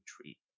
treat